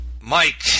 Mike